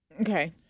Okay